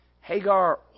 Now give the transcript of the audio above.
Hagar